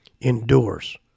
endures